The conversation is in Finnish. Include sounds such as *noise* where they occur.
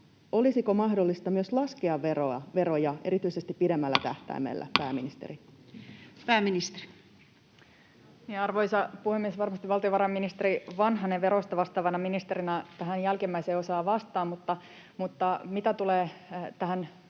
Olisiko mahdollista myös laskea veroja, erityisesti pidemmällä tähtäimellä, *noise* pääministeri? Pääministeri. Arvoisa puhemies! Varmasti valtiovarainministeri Vanhanen veroista vastaavana ministerinä tähän jälkimmäiseen osaa vastata. Mutta mitä tulee tähän